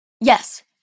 Yes